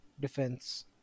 defense